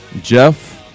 Jeff